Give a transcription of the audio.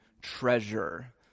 treasure